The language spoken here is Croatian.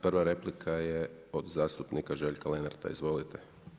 Prva replika je od zastupnika Željka Lenarta, izvolite.